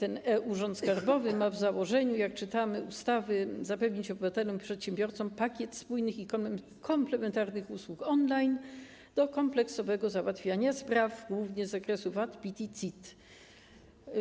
E-Urząd Skarbowy ma w założeniu ustawy, jak czytamy, zapewnić obywatelom i przedsiębiorcom pakiet spójnych i komplementarnych usług on-line do kompleksowego załatwiania spraw, głównie z zakresu VAT, PIT i CIT.